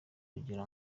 kugira